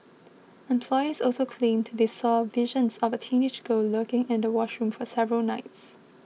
employees also claimed they saw visions of a teenage girl lurking in the washroom for several nights